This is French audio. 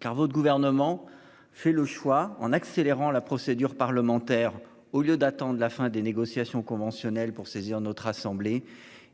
Car, votre gouvernement fait le choix en accélérant la procédure parlementaire au lieu d'attendre la fin des négociations conventionnelles pour saisir notre assemblée